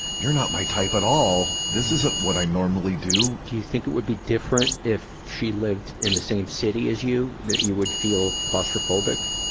you're not my type at all! this isn't what i normally do. do you think it would be different if she live in the same city as you, that you would feel claustrophobic?